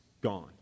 gone